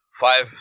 Five